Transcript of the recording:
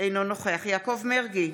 אינו נוכח יעקב מרגי,